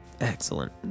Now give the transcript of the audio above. Excellent